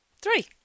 three